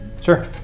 Sure